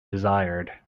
desired